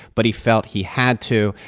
but he felt he had to.